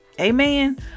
amen